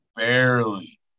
Barely